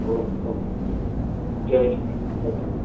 okay okay जय झूलेलाल जय झूलेलाल